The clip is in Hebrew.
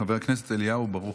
חבר הכנסת אליהו ברוכי,